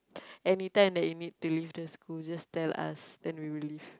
anytime that you need the school just tell us then we will leave